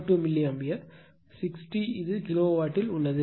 42 milliampere 60 இது கிலோவோல்ட்டில் உள்ளது